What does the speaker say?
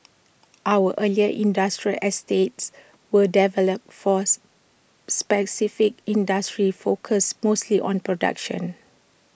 our earlier industrial estates were developed for specific industries focused mostly on production